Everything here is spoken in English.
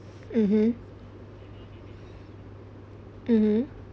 mmhmm mmhmm